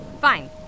Fine